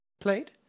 played